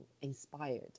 inspired